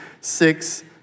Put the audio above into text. six